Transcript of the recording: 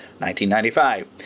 1995